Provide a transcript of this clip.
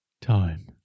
time